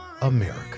America